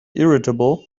irritable